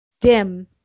dim